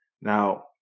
Now